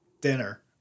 dinner